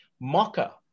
Mocha